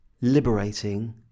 liberating